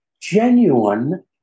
genuine